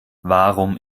warum